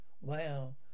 wow